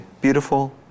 beautiful